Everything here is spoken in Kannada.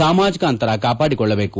ಸಾಮಾಜಿಕ ಅಂತರ ಕಾಪಾಡಿಕೊಳ್ಳಬೇಕು